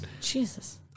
Jesus